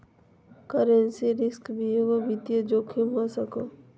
currency risk भी एगो वित्तीय जोखिम हो सको हय